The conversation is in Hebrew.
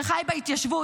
שחי בהתיישבות,